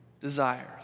desires